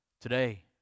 today